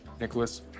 Nicholas